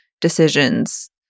decisions